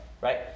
right